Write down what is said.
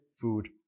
food